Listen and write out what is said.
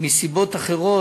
מסיבות אחרות,